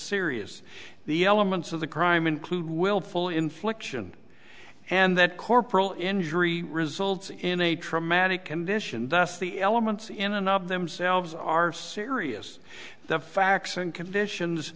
serious the elements of the crime include willful infliction and that corporal injury results in a traumatic condition that's the elements in a not themselves are serious the facts and conditions